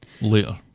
Later